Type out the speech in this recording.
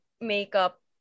makeup